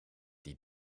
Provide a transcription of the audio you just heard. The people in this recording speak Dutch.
die